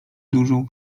dużą